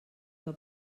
que